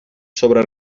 sobre